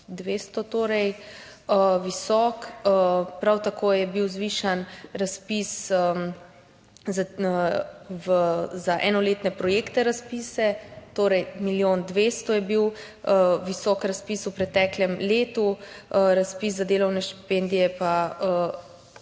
milijon 200. Prav tako je bil zvišan razpis za enoletne projektne razpise, torej, milijon 200 je bil visok razpis v preteklem letu, razpis za delovne štipendije pa